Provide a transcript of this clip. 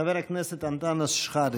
חבר הכנסת אנטאנס שחאדה.